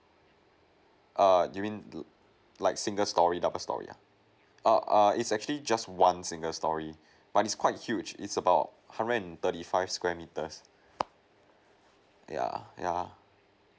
err do you mean like single storey double storey ah err err is actually just one single storey but it's quite huge it's about hundred and thirty five square meters yeah yeah